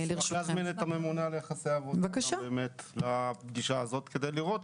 נשמח להזמין את הממונה על יחסי עבודה לפגישה הזאת כדי לראות,